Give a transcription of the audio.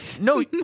no